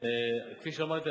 כפי שאמרתי,